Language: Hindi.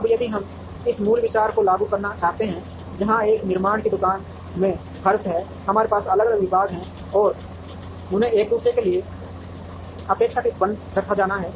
अब यदि हम इस मूल विचार को लागू करना चाहते हैं जहां एक निर्माण की दुकान के फर्श में हमारे पास अलग अलग विभाग हैं और उन्हें एक दूसरे के लिए अपेक्षाकृत बंद रखा जाना है